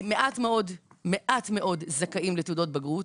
מעט מאוד זכאים לתעודות בגרות.